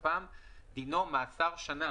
דינו מאסר שנה,